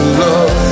love